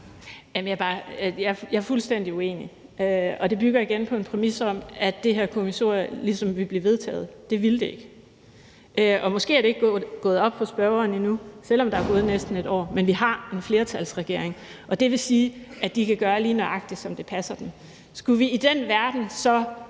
Jeg er fuldstændig uenig. Og det bygger igen på en præmis om, at det her kommissorie ligesom vil blive vedtaget. Det vil det ikke. Måske er det ikke gået op for spørgeren endnu, selv om der er gået næsten et år, men vi har en flertalsregering, og det vil sige, at de kan gøre, lige nøjagtig som det passer dem. Skulle vi i den verden så